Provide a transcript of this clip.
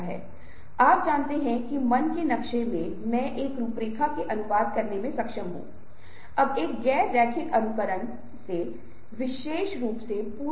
इसलिए यदि आप इन विशेष रूप से बहुत शक्तिशाली दृश्य देख रहे हैं तो आप पाते हैं कि इस कहानी को चित्रित किया गया है हालांकि यह एक तरह से है जो हमारी दृष्टि को विशिष्ट तरीकों से कर देता है